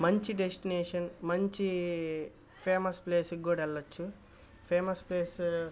మంచి డెస్టినేషన్ మంచి ఫేమస్ ప్లేసుకి కూడా వెళ్ళచ్చు ఫేమస్ ప్లేసు